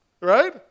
Right